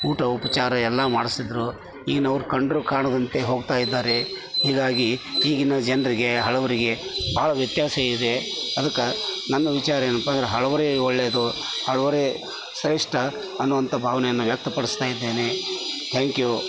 ಊಟ ಉಪಚಾರ ಎಲ್ಲ ಮಾಡಿಸ್ತಿದ್ರು ಈಗಿನವ್ರು ಕಂಡರು ಕಾಣದಂತೆ ಹೋಗ್ತಾಯಿದ್ದಾರೆ ಹೀಗಾಗಿ ಈಗಿನ ಜನರಿಗೆ ಹಳಬರಿಗೆ ಬಹಳ ವ್ಯತ್ಯಾಸ ಇದೆ ಅದಕ್ಕೆ ನನ್ನ ವಿಚಾರ ಏನಪ್ಪ ಅಂದರೆ ಹಳಬರೆ ಒಳ್ಳೆದು ಹಳಬರೆ ಶ್ರೇಷ್ಠ ಅನ್ನುವಂತ ಭಾವನೆಯನ್ನು ವ್ಯಕ್ತ ಪಡಿಸ್ತಾಯಿದ್ದೇನೆ ಥ್ಯಾಂಕ್ ಯು